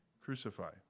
crucify